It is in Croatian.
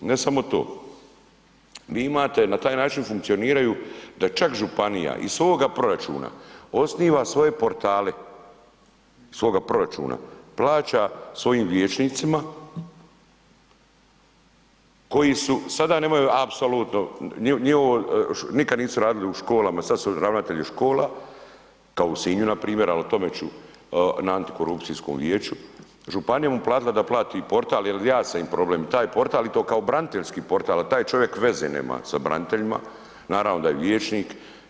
Ne samo to, vi imate na taj način funkcioniraju da čak županija iz svoga proračuna osniva svoje portale, iz svoga proračuna plaća svojim vijećnicima koji su sada nemaju apsolutno, nikad nisu radili u školama i sada su ravnatelji škola kao u Sinju npr. ali o tome ću na antikorupcijskom vijeću, županija mu je platila da plati portal jer ja sam im problem, taj portal i to kao braniteljski portal a taj čovjek veze nema sa braniteljima, naravno da je vijećnik.